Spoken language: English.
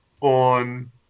on